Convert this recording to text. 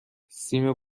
سیم